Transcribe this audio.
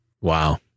Wow